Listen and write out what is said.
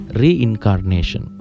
reincarnation